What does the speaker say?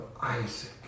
Isaac